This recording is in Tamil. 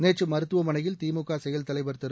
நேற்று மருத்துவமனையில் திமுக செயல்தலைவர் திரு